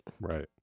Right